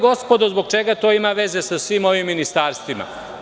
Gospodo, znate zbog čega to ima veze sa svim ovim ministarstvima?